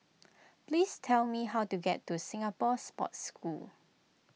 please tell me how to get to Singapore Sports School